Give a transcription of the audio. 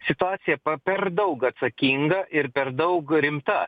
situacija per daug atsakinga ir per daug rimta